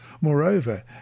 Moreover